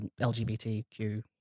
lgbtq